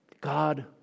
God